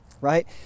right